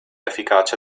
efficacia